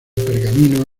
pergamino